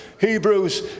Hebrews